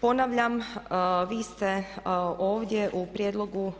Ponavljam, vi ste ovdje u prijedlogu